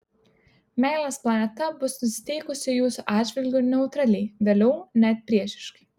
meilės planeta bus nusiteikusi jūsų atžvilgiu neutraliai vėliau net priešiškai